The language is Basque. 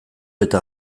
eta